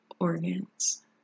organs